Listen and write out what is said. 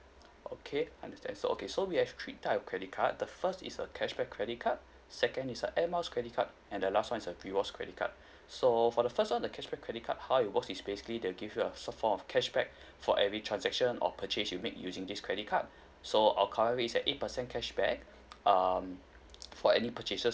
okay understand so okay so we have three type of credit card the first is a cashback credit card second is a Air Miles credit card and the last one is a rewards credit card so for the first one the cash back credit card how it works is basically they'll give you a so form of cashback for every transaction or purchase you make using this credit card so our current rate is at eight percent cashback um for any purchases